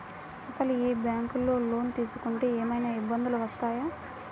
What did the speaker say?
అసలు ఈ బ్యాంక్లో లోన్ తీసుకుంటే ఏమయినా ఇబ్బందులు వస్తాయా?